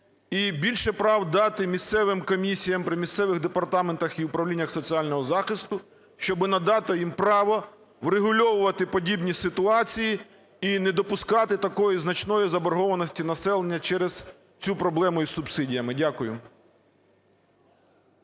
і більше прав дати місцевим комісіям при місцевих департаментах і управліннях соціального захисту, щоб надати їм право врегульовувати подібні ситуації і не допускати такої значної заборгованості населення через цю проблему із субсидіями. Дякую.